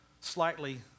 Slightly